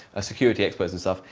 security experts and stuff,